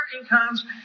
incomes